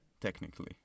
Technically